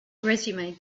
resume